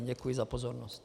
Děkuji za pozornost.